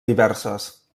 diverses